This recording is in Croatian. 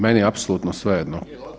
Meni je apsolutno svejedno.